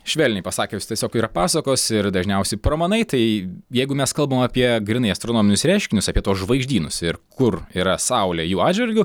švelniai pasakius tiesiog yra pasakos ir dažniausi pramanai tai jeigu mes kalbam apie grynai astronominius reiškinius apie tuos žvaigždynus ir kur yra saulė jų atžvilgiu